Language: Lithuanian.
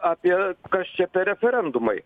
apie kas čia per referendumai